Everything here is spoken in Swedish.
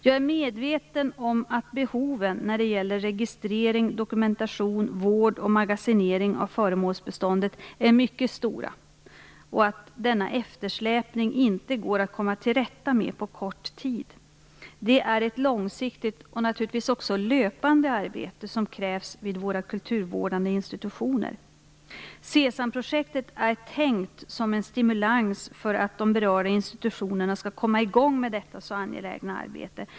Jag är medveten om att behoven när det gäller registrering, dokumentation, vård och magasinering av föremålsbeståndet är mycket stora och att denna eftersläpning inte går att komma till rätta med på kort tid. Det är ett långsiktigt och naturligtvis också ett löpande arbete som krävs vid våra kulturvårdande institutioner. SESAM-projektet är tänkt som en stimulans för att de berörda institutionerna skall komma i gång med detta så angelägna arbete.